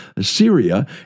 Syria